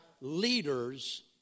leaders